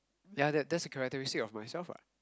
ya that that's the characteristic of myself [what]